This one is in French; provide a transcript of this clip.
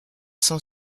cent